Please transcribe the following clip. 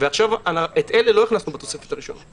את הספציפיים האלה לא הכנסנו בתוספת הראשונה.